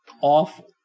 awful